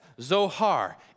Zohar